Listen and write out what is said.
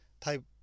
type